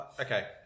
Okay